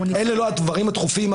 אלה לא הדברים הדחופים.